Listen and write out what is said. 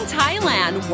Thailand